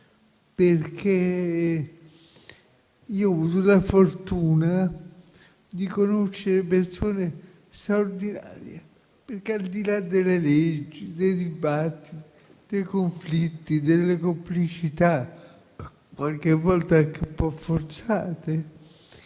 perché ho avuto la fortuna di conoscere persone straordinarie. Al di là delle leggi, dei dibattiti, dei conflitti, delle complicità, qualche volta anche un po' forzate,